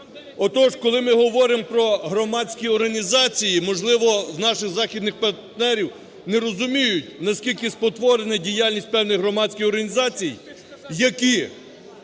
Отож коли ми говоримо про громадські організації, можливо, в наших західних партнерів не розуміють, наскільки спотворена діяльність певних громадських організацій, які